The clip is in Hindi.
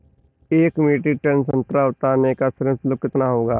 एक मीट्रिक टन संतरा उतारने का श्रम शुल्क कितना होगा?